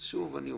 אז שוב אני אומר,